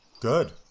Good